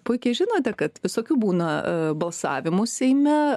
puikiai žinote kad visokių būna balsavimų seime